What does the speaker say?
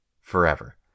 forever